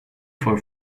for